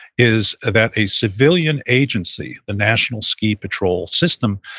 is that a civilian agency, the national ski patrol system,